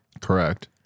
Correct